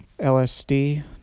lsd